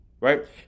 Right